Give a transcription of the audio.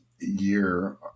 year